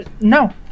no